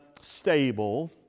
stable